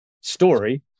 story